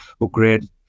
upgrade